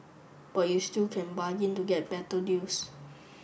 but you still can bargain to get better deals